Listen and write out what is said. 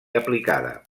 aplicada